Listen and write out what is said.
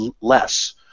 less